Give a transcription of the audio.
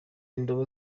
indobo